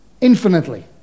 Infinitely